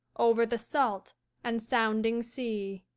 over the salt and sounding sea.